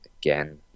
again